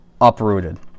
uprooted